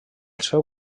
seu